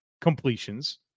completions